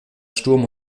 sturm